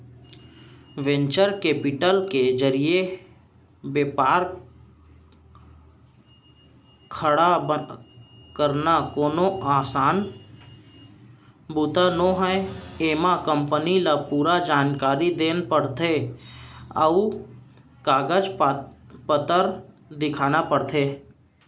venture capital के जरिए बेपार खड़ा करना कोनो असान बूता नोहय एमा कंपनी ल पूरा जानकारी देना परथे अउ कागज पतर दिखाना परथे